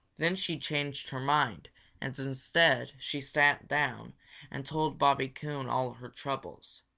then she changed her mind and instead she sat down and told bobby coon all her troubles.